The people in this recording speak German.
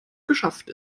geschafft